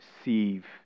receive